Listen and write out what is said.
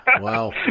Wow